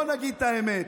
בואו נגיד את האמת: